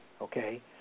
okay